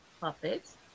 Puppets